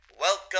Welcome